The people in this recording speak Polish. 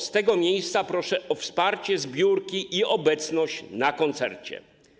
Z tego miejsca proszę o wsparcie zbiórki i obecność na koncercie.